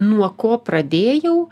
nuo ko pradėjau